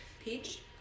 Peach